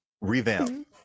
revamp